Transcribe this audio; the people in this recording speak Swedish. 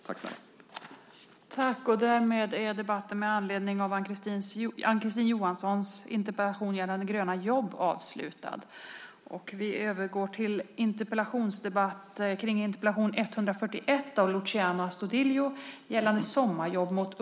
Tack snälla ni!